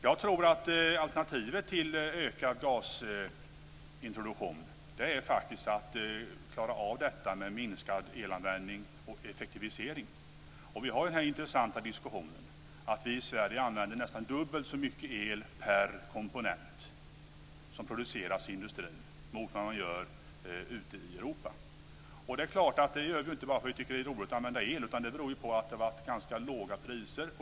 Jag tror att alternativet till ökad gasintroduktion faktiskt är att klara av detta med minskad elanvändning och effektivisering. Vi har den här intressanta diskussionen om att vi i Sverige använder nästan dubbelt så mycket el per komponent som produceras i industrin än vad man gör ute i Europa. Det är klart att vi inte bara gör det för att vi tycker att det är roligt att använda el, utan det beror på att det har varit ganska låga priser.